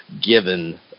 given